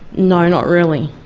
not not really,